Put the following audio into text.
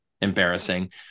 Embarrassing